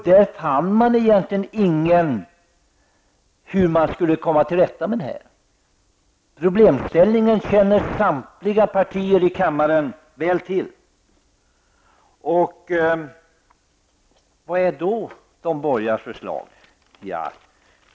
Där fann man egentligen inte någon lösning på hur man skulle komma till rätta med detta problem. Samtliga partier som är representerade i kammaren känner väl till problemställningen. Vilket är då regeringens förslag?